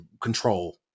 control